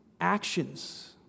actions